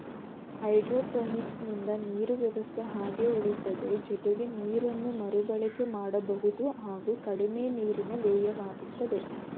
ಹೈಡ್ರೋಪೋನಿಕ್ಸಿಂದ ನೀರು ವ್ಯವಸ್ಥೆ ಹಾಗೆ ಉಳಿತದೆ ಜೊತೆಗೆ ನೀರನ್ನು ಮರುಬಳಕೆ ಮಾಡಬಹುದು ಹಾಗೂ ಕಡಿಮೆ ನೀರಿನ ವ್ಯಯವಾಗ್ತದೆ